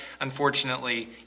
unfortunately